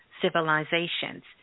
civilizations